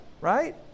right